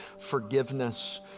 forgiveness